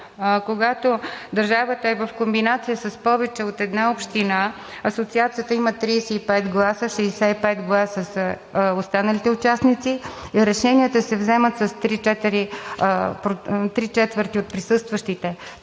когато е в комбинация с повече от една община, асоциацията има 35 гласа, а 65 гласа са на останалите участници, решенията се вземат с три четвърти от присъстващите,